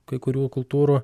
kai kurių kultūrų